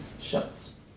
shuts